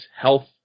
health